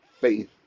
faith